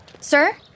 sir